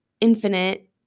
infinite